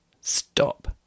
Stop